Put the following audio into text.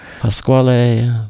Pasquale